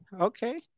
okay